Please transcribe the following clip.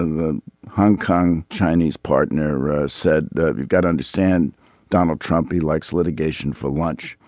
the hong kong chinese partner ah said that you've gotta understand donald trump he likes litigation for lunch.